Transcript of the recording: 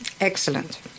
Excellent